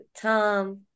Tom